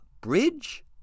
bridge